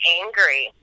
angry